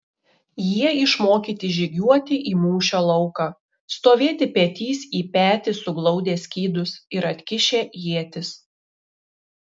jie išmokyti žygiuoti į mūšio lauką stovėti petys į petį suglaudę skydus ir atkišę ietis